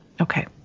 okay